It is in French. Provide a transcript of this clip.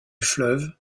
fleuve